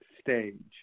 stage